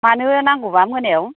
मानो नांगौबा मोनायाव